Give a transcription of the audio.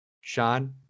Sean